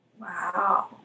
Wow